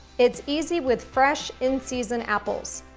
it's easy with fresh, in-season apples.